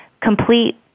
complete